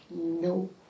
no